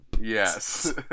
Yes